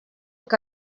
que